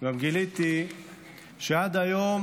גיליתי שעד היום